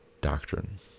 doctrine